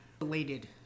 related